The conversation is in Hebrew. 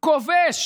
כובש